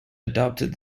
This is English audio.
adopted